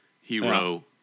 hero